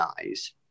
eyes